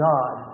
God